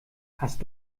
hast